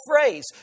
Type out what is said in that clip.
phrase